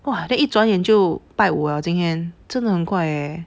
!wah! then 一转眼就拜五了今天真的很快哦